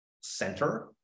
center